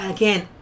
Again